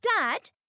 Dad